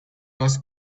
was